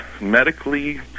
medically